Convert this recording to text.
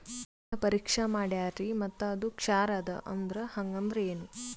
ಮಣ್ಣ ಪರೀಕ್ಷಾ ಮಾಡ್ಯಾರ್ರಿ ಮತ್ತ ಅದು ಕ್ಷಾರ ಅದ ಅಂದ್ರು, ಹಂಗದ್ರ ಏನು?